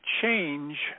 change